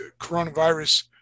coronavirus